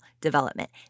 development